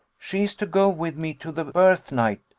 she is to go with me to the birth-night,